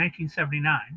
1979